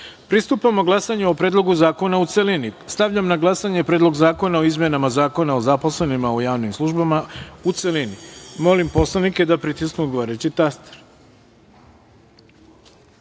glasanju o Predlogu zakona u celini. Stavljam na glasanje Predlog zakona o izmenama Zakona o zaposlenima u javnim službama u celini. Molim poslanike da pritisnu odgovarajući